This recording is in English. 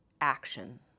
action